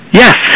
yes